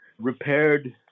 repaired